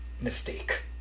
mistake